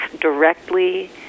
directly